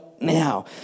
now